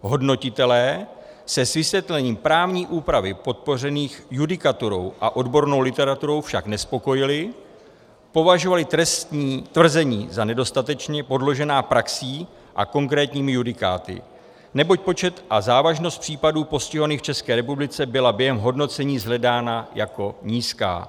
Hodnotitelé se s vysvětlením právní úpravy podpořené judikaturou a odbornou literaturou však nespokojili, považovali tvrzení za nedostatečně podložená praxí a konkrétními judikáty, neboť počet a závažnost případů postihovaných v České republice byly během hodnocení shledány jako nízké.